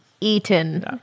eaten